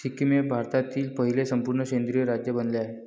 सिक्कीम हे भारतातील पहिले संपूर्ण सेंद्रिय राज्य बनले आहे